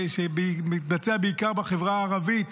בעיקר בחברה הערבית,